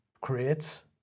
creates